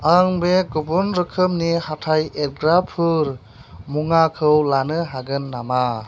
आं बे गुबुन रोखोमनि हाथाय एरग्राफोर मुवाखौ लानो हागोन नामा